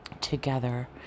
together